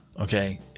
okay